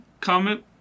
comment